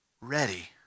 ready